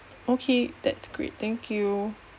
okay that's great thank you